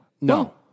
No